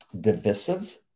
divisive